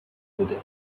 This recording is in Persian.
بوده